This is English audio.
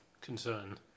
concern